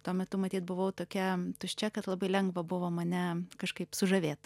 tuo metu matyt buvau tokia tuščia kad labai lengva buvo mane kažkaip sužavėt